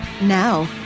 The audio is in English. Now